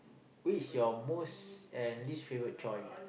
what is you most and least favorite chore